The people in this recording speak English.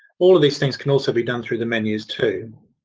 all of these things can also be done through the menus too.